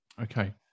Okay